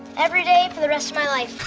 every day for the rest of my life.